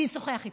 אני אשוחח איתכן,